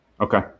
Okay